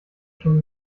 schon